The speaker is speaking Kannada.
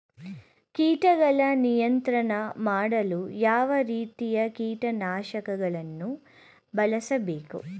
ಕೀಟಗಳ ನಿಯಂತ್ರಣ ಮಾಡಲು ಯಾವ ರೀತಿಯ ಕೀಟನಾಶಕಗಳನ್ನು ಬಳಸಬೇಕು?